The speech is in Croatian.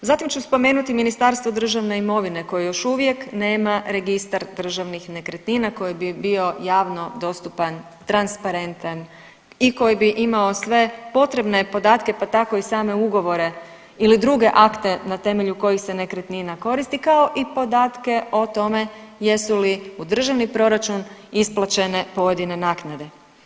Zatim ću spomenuti Ministarstvo državne imovine koje još uvijek nema registar državnih nekretnina koji bi bio javno dostupan, transparentan i koji bi imao sve potrebne podatke, pa tako i same ugovore ili druge akte na temelju kojih se nekretnina koristi kao i podatke o tome jesu li u državni proračun isplaćene pojedine naknade.